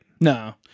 No